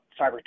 cyber